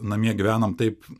namie gyvenom taip